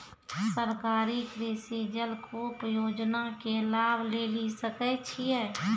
सरकारी कृषि जलकूप योजना के लाभ लेली सकै छिए?